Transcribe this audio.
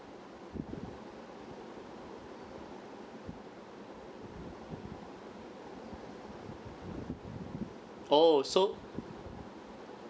oh so